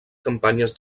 campanyes